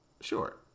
Sure